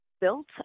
built